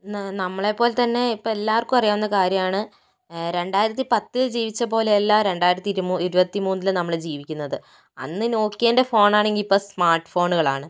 നമ്മളെ പോലെ തന്നെ ഇപ്പം എല്ലാവർക്കും അറിയാവുന്ന കാര്യമാണ് രണ്ടായിത്തി പത്ത് ജീവിച്ച പോലെയല്ല രണ്ടായിരത്തി ഇരുപത്തിമൂന്നില് നമ്മള് ജീവിക്കുന്നത് അന്ന് നോക്കിയേൻ്റെ ഫോണാണെങ്കിൽ ഇപ്പം സ്മാർട്ട് ഫോണുകളാണ്